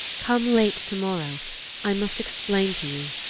come late tomorrow i must explain to you.